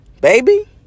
Baby